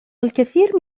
الكثير